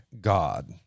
God